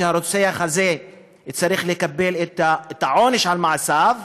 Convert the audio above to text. שהרוצח הזה צריך לקבל את העונש על מעשיו,